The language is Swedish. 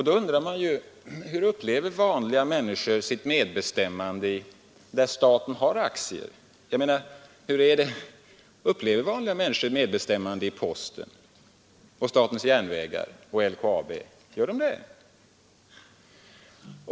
Då undrar man ju: Hur upplever vanliga människor sitt medbestämmande i de företag där staten är ägaren? Upplever vanliga människor medbestämmande i posten, statens järnvägar och LKAB?